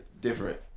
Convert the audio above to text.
different